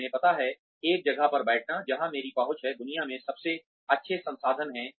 तुम्हें पता है एक जगह पर बैठना जहाँ मेरी पहुँच है दुनिया में सबसे अच्छे संसाधन हैं